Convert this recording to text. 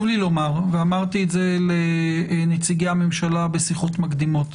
חשוב לי לומר ואמרתי את זה לנציגי הממשלה בשיחות מקדימות,